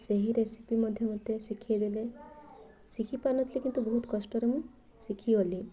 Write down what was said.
ସେହି ରେସିପି ମଧ୍ୟ ମୋତେ ଶିଖାଇ ଦେଲେ ଶିଖିପାରୁ ନ ଥିଲି କିନ୍ତୁ ବହୁ କଷ୍ଟରେ ମୁଁ ଶିଖିଗଲି